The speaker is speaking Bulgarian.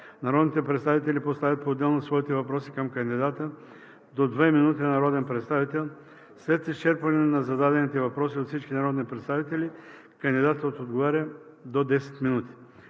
Народните представители поставят поотделно своите въпроси към кандидата – до 2 минути на народен представител. След изчерпване на зададените въпроси от всички народни представители кандидатът отговаря – до 10 минути.